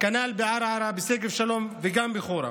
כנ"ל בערערה, בשגב שלום וגם בחורה.